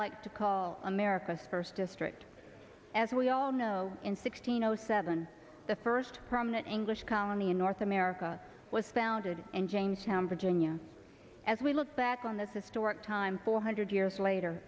like to call america's first district as we all know in sixteen zero zero seven the first permanent english colony in north america was founded in jamestown virginia as we look back on this historic time four hundred years later